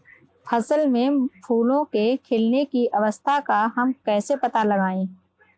फसल में फूलों के खिलने की अवस्था का हम कैसे पता लगाएं?